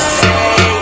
say